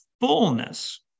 fullness